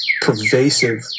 pervasive